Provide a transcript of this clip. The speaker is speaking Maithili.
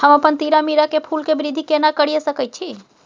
हम अपन तीरामीरा के फूल के वृद्धि केना करिये सकेत छी?